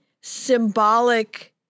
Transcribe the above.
symbolic